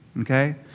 okay